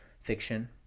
fiction